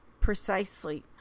precisely